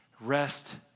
Rest